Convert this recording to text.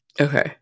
Okay